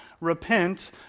Repent